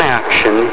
action